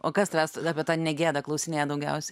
o kas tavęs apie tą ne gėda klausinėja daugiausiai